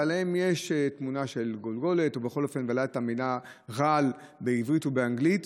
ויש עליהם תמונה של גולגולת ועליה המילה "רעל" בעברית ובאנגלית,